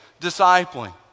discipling